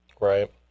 Right